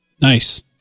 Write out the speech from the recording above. Nice